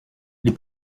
les